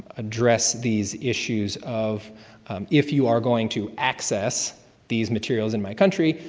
address these issues of if you are going to access these materials in my country,